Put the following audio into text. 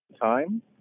Time